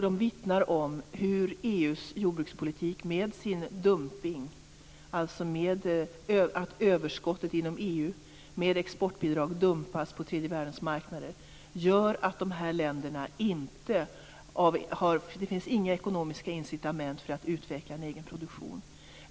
De vittnar om hur EU:s jordbrukspolitik med dess dumpning, dvs. att överskottet inom EU med exportbidrag dumpas på tredje världens marknader, gör att det i de här länderna inte finns några ekonomiska incitament för att utveckla en egen produktion.